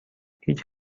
هیچ